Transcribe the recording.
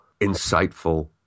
insightful